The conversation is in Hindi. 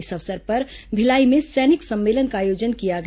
इस अवसर पर भिलाई में सैनिक सम्मेलन का आयोजन किया गया